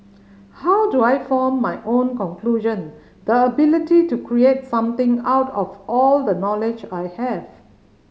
how do I form my own conclusion the ability to create something out of all the knowledge I have